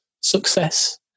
success